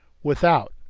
without,